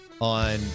on